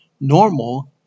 Normal